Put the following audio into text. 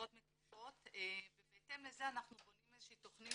בדיקות מקיפות ובהתאם לזה אנחנו בונים תכנית,